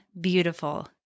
beautiful